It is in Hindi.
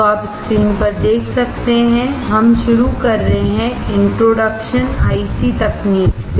तो आप स्क्रीन पर देख सकते हैं हम शुरू कर रहे हैं इंट्रोडक्शन आईसी तकनीक से